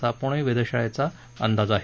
असा पुणे वेधशाळेचा अंदाज आहे